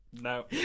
no